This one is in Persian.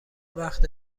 وقت